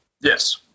Yes